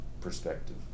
perspective